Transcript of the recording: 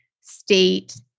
state